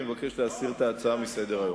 לכן, אני מבקש להסיר את ההצעות מסדר-היום.